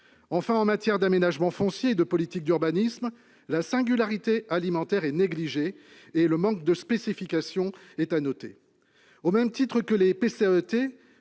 outre, en matière d'aménagement foncier et de politique d'urbanisme, la singularité alimentaire est négligée et le manque de spécifications est à noter. Au même titre que les plans